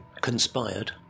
conspired